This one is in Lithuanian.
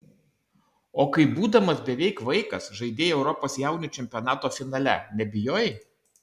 o kai būdamas beveik vaikas žaidei europos jaunių čempionato finale nebijojai